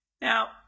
Now